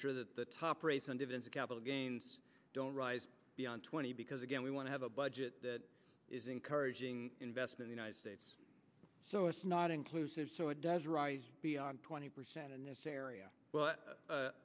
sure that the top rates and events capital gains don't rise beyond twenty because again we want to have a budget that is encouraging investment united states so it's not inclusive so it does rise beyond twenty percent in this area but